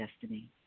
destiny